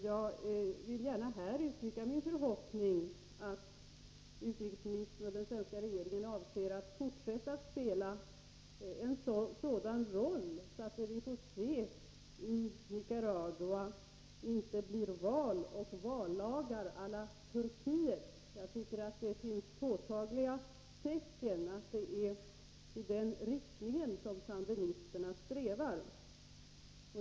Jag vill här gärna uttrycka min förhoppning att utrikesministern och den svenska regeringen avser att fortsätta att spela en sådan roll, att det i Nicaragua inte blir val och vallagar å la Turkiet. Jag tycker att det finns påtagliga tecken på att det är i den riktningen som sandinisterna strävar.